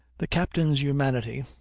the captain's humanity,